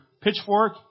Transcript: pitchfork